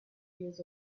years